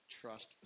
trust